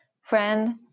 Friend